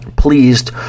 pleased